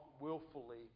willfully